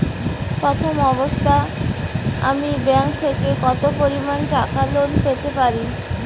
প্রথম অবস্থায় আমি ব্যাংক থেকে কত পরিমান টাকা লোন পেতে পারি?